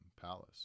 palace